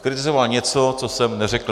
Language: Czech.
Zkritizoval něco, co jsem neřekl.